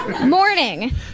Morning